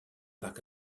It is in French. parc